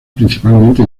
principalmente